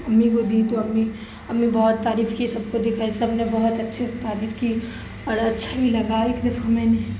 امی کو دی تو امی امی بہت تعریف کی سب کو دکھائی سب نے بہت اچھے سے تعریف کی اور اچھا بھی لگا ایک دفعہ میں نے